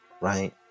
right